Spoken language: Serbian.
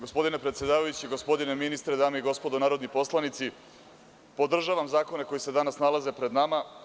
Gospodine predsedavajući, gospodine ministre, dame i gospodo narodni poslanici, podržavam zakone koji se danas nalaze pred nama.